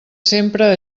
sempre